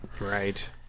Right